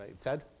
Ted